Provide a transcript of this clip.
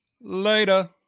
Later